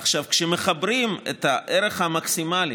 עכשיו, כשמחברים את הערך המקסימלי